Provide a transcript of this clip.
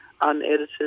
unedited